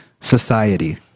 society